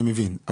אני מבין,